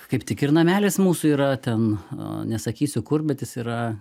kaip tik ir namelis mūsų yra ten nesakysiu kur bet jis yra